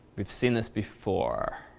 we've seen this before.